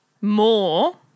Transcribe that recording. more